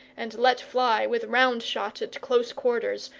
and let fly with round-shot at close quarters,